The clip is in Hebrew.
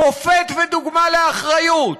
מופת ודוגמה לאחריות,